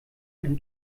ein